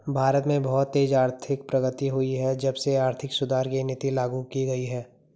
भारत में बहुत तेज आर्थिक प्रगति हुई है जब से आर्थिक सुधार की नीति लागू की गयी है